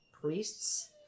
priests